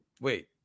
wait